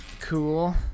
Cool